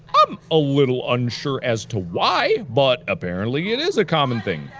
i'm a little unsure as to why but apparently it is a common thing,